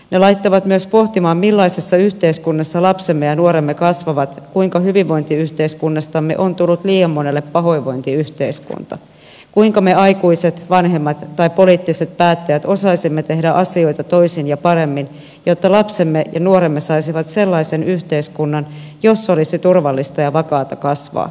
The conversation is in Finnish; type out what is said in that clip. ne laittavat myös pohtimaan millaisessa yhteiskunnassa lapsemme ja nuoremme kasvavat kuinka hyvinvointiyhteiskunnastamme on tullut liian monelle pahoinvointiyhteiskunta kuinka me aikuiset vanhemmat tai poliittiset päättäjät osaisimme tehdä asioita toisin ja paremmin jotta lapsemme ja nuoremme saisivat sellaisen yhteiskunnan jossa olisi turvallista ja vakaata kasvaa